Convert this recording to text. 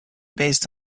based